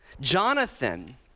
Jonathan